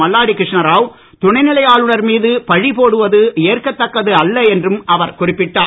மல்லாடி கிருஷ்ணாராவ் துணைநிலை ஆளுநர் மீது பழி போடுவது ஏற்கத்தக்கது அல்ல என்றும் அவர் குறிப்பிட்டார்